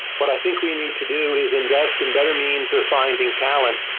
but i think we need to do is invest in better means of finding talent.